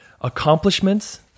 Accomplishments